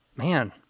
man